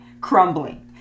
crumbling